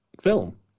film